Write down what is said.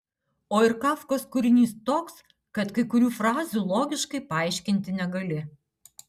o ir kafkos kūrinys toks kad kai kurių frazių logiškai paaiškinti negali